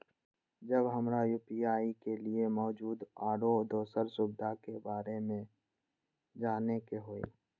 जब हमरा यू.पी.आई के लिये मौजूद आरो दोसर सुविधा के बारे में जाने के होय?